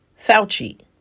Fauci